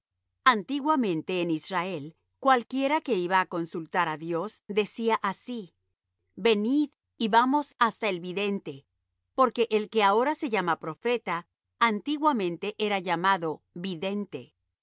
antiguamente en israel cualquiera que iba á consultar á dios decía así venid y vamos hasta el vidente porque el que ahora se llama profeta antiguamente era llamado vidente